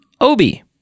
Obi